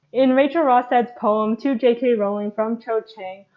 in rachel rosstad's poem to jk rowling from cho chang,